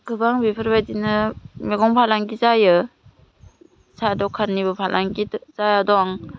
गोबां बेफोरबादिनो मेगं फालांगि जायो सा दखाननिबो फालांगि जा दं